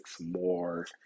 more